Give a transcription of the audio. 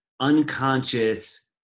Unconscious